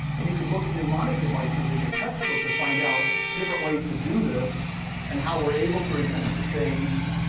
and you can look at mnemonic devices in your textbook to find out different ways to do this and how we're able to remember things.